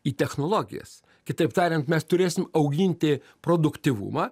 į technologijas kitaip tariant mes turėsim auginti produktyvumą